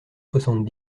soixante